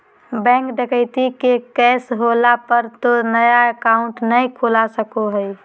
bank डकैती के case होला पर तो नया अकाउंट नय खुला सको हइ